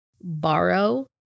borrow